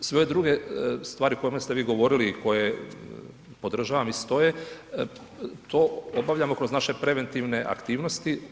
Sve druge stvari o kojima ste vi govorili i koje podržavam i stoje to obavljamo kroz naše preventivne aktivnosti.